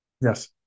Yes